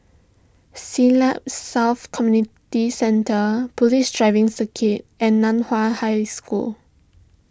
Siglap South Community Centre Police Driving Circuit and Nan Hua High School